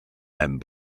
and